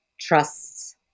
trusts